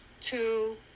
two